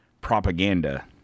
propaganda